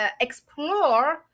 explore